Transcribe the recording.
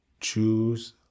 Choose